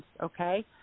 okay